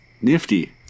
Nifty